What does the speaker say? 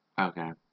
okay